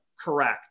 Correct